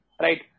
right